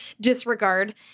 disregard